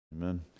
Amen